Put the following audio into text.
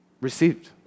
received